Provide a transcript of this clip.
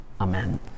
Amen